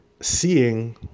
seeing